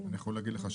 אני יכול להגיד לך,